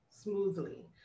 smoothly